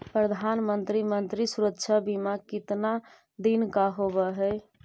प्रधानमंत्री मंत्री सुरक्षा बिमा कितना दिन का होबय है?